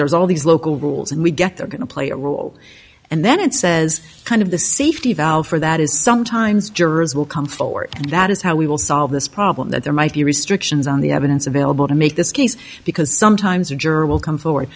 there's all these local rules and we get they're going to play a rule and then it says kind of the safety valve for that is some times jurors will come forward and that is how we will solve this problem that there might be restrictions on the evidence available to make this case because sometimes a juror will come forward